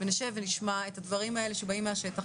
ונשב ונשמע את הדברים האלה שבאים מהשטח,